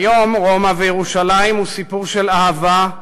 כיום "רומא וירושלים" הוא סיפור של אהבה,